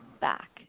back